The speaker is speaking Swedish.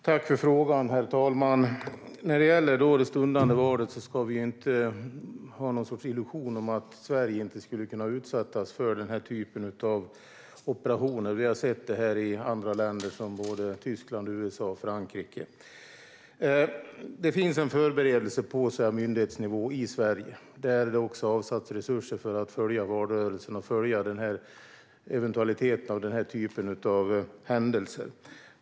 Herr talman! Tack för frågan! När det gäller det stundande valet ska vi inte ha någon sorts illusion om att Sverige inte skulle kunna utsättas för den här typen av operationer. Vi har sett det här i andra länder, som Tyskland, USA och Frankrike. Det finns en förberedelse på myndighetsnivå i Sverige, och det har också avsatts resurser för att följa valrörelsen och denna typ av händelser.